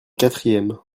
quatrième